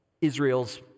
Israel's